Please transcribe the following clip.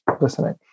listening